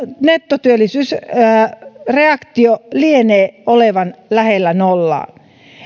nettotyöllisyysreaktio lienee lähellä nollaa